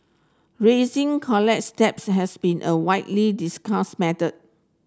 rising college debts has been a widely discussed matter